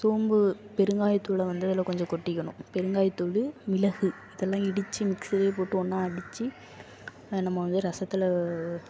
சோம்பு பெருங்காயத்தூளை வந்து அதில் கொஞ்சம் கொட்டிக்கணும் பெருங்காயத்தூள் மிளகு இதெல்லாம் இடித்து மிக்சீயில் போட்டு ஒன்றா அடித்து அதை நம்ம வந்து ரசத்தில்